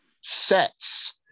sets